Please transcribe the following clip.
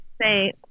say